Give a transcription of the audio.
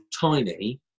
tiny